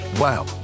Wow